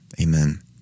Amen